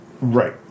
Right